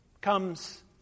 comes